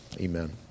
amen